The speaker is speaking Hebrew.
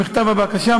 עם מכתב הבקשה,